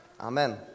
Amen